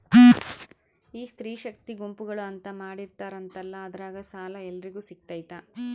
ಈ ಸ್ತ್ರೇ ಶಕ್ತಿ ಗುಂಪುಗಳು ಅಂತ ಮಾಡಿರ್ತಾರಂತಲ ಅದ್ರಾಗ ಸಾಲ ಎಲ್ಲರಿಗೂ ಸಿಗತೈತಾ?